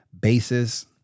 basis